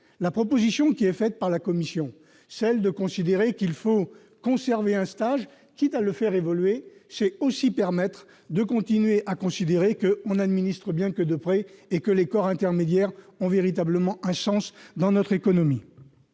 La proposition de la commission, qui considère qu'il faut conserver un stage, quitte à le faire évoluer, permet de continuer à considérer qu'on administre bien que de près et que les corps intermédiaires ont véritablement un sens dans notre économie.